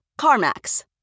CarMax